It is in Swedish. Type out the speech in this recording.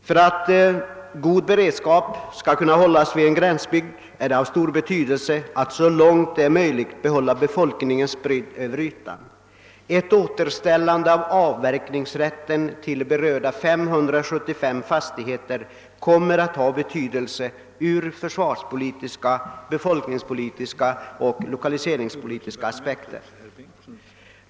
För att god beredskap skall kunna upprätthållas i en gränsbygd är det av stor vikt att så långt som möjligt behålla befolkningen spridd över ytan. Ett återställande av avverkningsrätten till berörda 575 fastigheter kommer att ha betydelse ur försvarspolitiska, befolkningspolitiska och lokaliseringspolitiska aspekter.